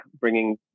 bringing